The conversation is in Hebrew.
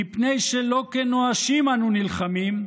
"מפני שלא כנואשים אנו נלחמים,